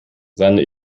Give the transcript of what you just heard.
seine